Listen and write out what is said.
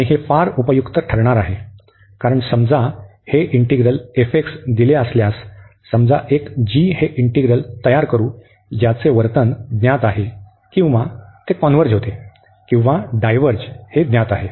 आणि हे फार उपयुक्त ठरणार आहे कारण समजा हे इंटिग्रल दिले असल्यास समजा एक g हे इंटिग्रल तयार करू ज्याचे वर्तन ज्ञात आहे किंवा ते कॉन्व्हर्ज होते किंवा डायव्हर्ज हे ज्ञात आहे